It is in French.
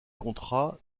contrat